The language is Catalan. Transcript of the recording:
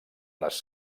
les